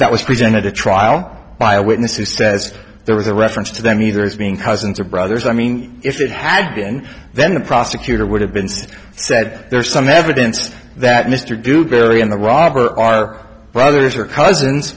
that was presented a trial by a witness who says there was a reference to them either as being cousins or brothers i mean if it had been then the prosecutor would have been said there's some evidence that mr dewberry in the robber on or brothers or cousins